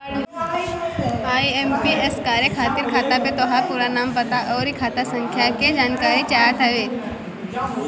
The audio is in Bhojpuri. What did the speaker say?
आई.एम.पी.एस करे खातिर खाता पे तोहार पूरा नाम, पता, अउरी खाता संख्या के जानकारी चाहत हवे